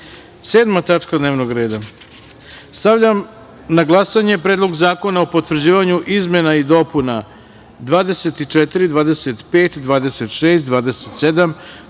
tačka dnevnog reda. Stavljam na glasanje Predlog zakona o potvrđivanju izmena i dopuna 24, 25, 26, 27, 28, 29, 30, 31,